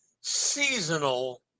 seasonal